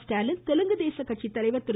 ஸ்டாலின் தெலுங்கு தேச கட்சி தலைவர் திரு